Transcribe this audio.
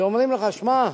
שאומרים לך: שמע,